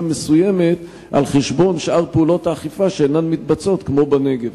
מסוימת על חשבון שאר פעולות האכיפה שאינן מתבצעות כמו בנגב.